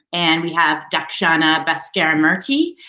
and we have dakshana bascaramurty.